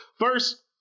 first